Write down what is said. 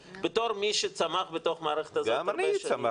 בתור מי שמצב בתוך המערכת הזאת הרבה שנים --- גם אני צמחתי.